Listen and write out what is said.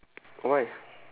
why